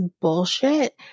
bullshit